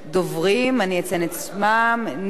אני אציין את שמותיהם: נסים זאב,